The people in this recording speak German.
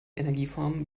energieformen